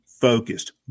focused